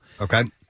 Okay